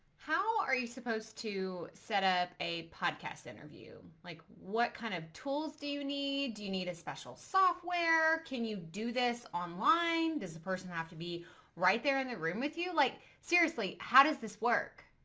how are you supposed to set up a podcast interview? like, what kind of tools do you need? do you need a special software? can you do this online? does the person have to be right there in the room with you? like, seriously? how does this work?